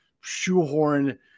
shoehorn